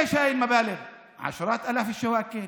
מהם הסכומים האלה, עשרות אלפי שקלים,